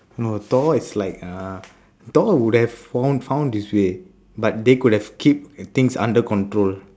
no thor is like uh thor would have found found his way but they could have keep things under control